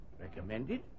Recommended